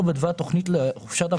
הגעתו של העובד לישראל היא למטרת חופשה,